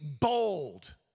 bold